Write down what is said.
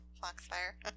Foxfire